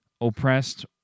oppressed